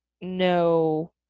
no